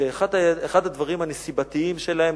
שאחד הדברים הנסיבתיים שלהם,